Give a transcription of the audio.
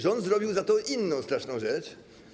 Rząd zrobił za to inną straszną rzecz.